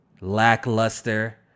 lackluster